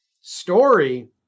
story